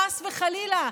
חס וחלילה,